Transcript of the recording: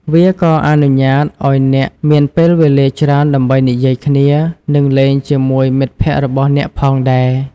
វាក៏អនុញ្ញាតឱ្យអ្នកមានពេលវេលាច្រើនដើម្បីនិយាយគ្នានិងលេងជាមួយមិត្តភក្តិរបស់អ្នកផងដែរ។